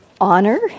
honor